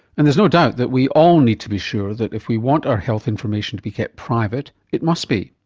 and there's no doubt that we all need to be sure that if we want our health information to be kept private, it must be.